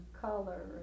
color